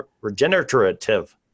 regenerative